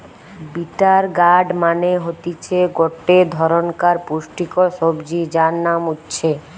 bitter gourd মানে হতিছে গটে ধরণকার পুষ্টিকর সবজি যার নাম উচ্ছে